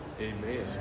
Amen